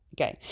Okay